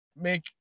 make